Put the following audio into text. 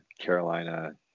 Carolina